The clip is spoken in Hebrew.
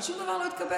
אבל שום דבר לא התקבל.